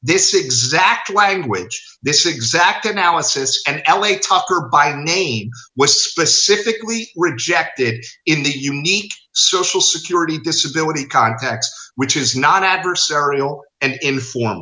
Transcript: this exact language this exact analysis and l a tucker by the name was specifically rejected in the unique social security disability context which is not adversarial and inform